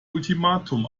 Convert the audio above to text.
ultimatum